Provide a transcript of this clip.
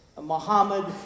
Muhammad